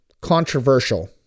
controversial